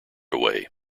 away